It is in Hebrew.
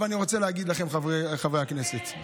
אבל אני רוצה להגיד לכם, חברי הכנסת,